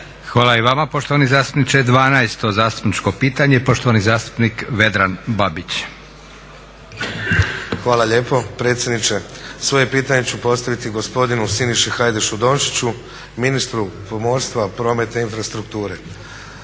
Hvala i vama poštovani zastupniče. Dvanaesto zastupničko pitanje i poštovani zastupnik Vedran Babić. **Babić, Vedran (SDP)** Hvala lijepa predsjedniče. Svoje pitanje ću postaviti gospodinu Siniši Hajdašu Dončiću, ministru pomorstva, prometa i infrastrukture.